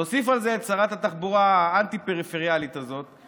תוסיפו על זה את שרת התחבורה האנטי-פריפריאלית הזאת,